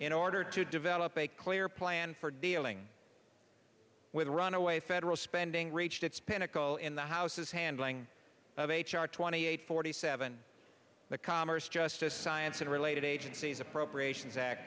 in order to develop a clear plan for dealing with runaway federal spending reached its pinnacle in the house his handling of h r twenty eight forty seven the commerce justice science and related agencies appropriations act